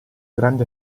grande